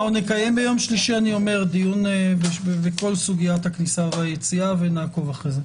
נקיים ביום שלישי דיון בכל סוגיית הכניסה והיציאה ונעקוב אחרי זה.